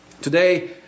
Today